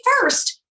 first